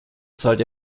zahlt